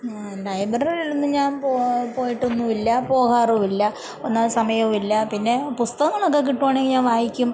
ലൈബ്രറിയിൽ ഒന്നും ഞാൻ പോയിട്ടൊന്നുമില്ല പോകാറൂമില്ല ഒന്നാത് സമയമില്ല പിന്നെ പുസ്തകങ്ങളൊക്കെ കിട്ടുവാണെങ്കിൽ ഞാ വായിക്കും